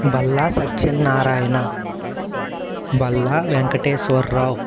Balla Satyanarayana Balla Venkateswara Rao